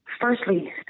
Firstly